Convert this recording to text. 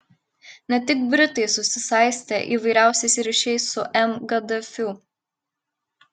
ne tik britai susisaistė įvairiausiais ryšiais su m gaddafiu